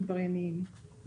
היי, תודה רבה.